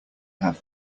have